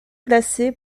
classées